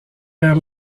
vers